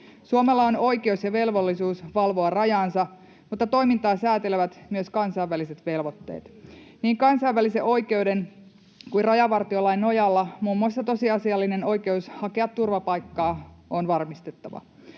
Suomella on oikeus ja velvollisuus valvoa rajaansa, mutta toimintaa säätelevät myös kansainväliset velvoitteet. Niin kansainvälisen oikeuden kuin rajavartiolain nojalla muun muassa tosiasiallinen oikeus hakea turvapaikkaa on varmistettava.